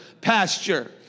pasture